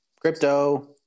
Crypto